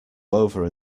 over